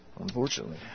Unfortunately